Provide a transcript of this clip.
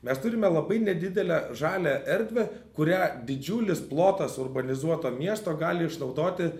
mes turime labai nedidelę žalią erdvę kurią didžiulis plotas urbanizuoto miesto gali išnaudoti